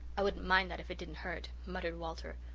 i wouldn't mind that if it didn't hurt, muttered walter.